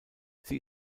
sie